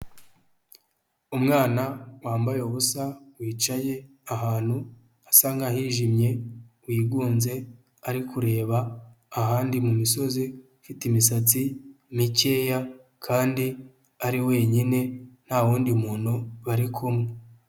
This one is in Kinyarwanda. Umwana wambaye ubusa wicaye ahantu asa nkaho hijimye wigunze ari kureba ahandi mu misozi ufite imisatsi mikeya kandi ari wenyine nta wundi muntu barikumwe.